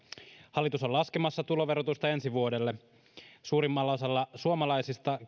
hallitus on laskemassa tuloverotusta ensi vuodelle suurimmalla osalla suomalaisista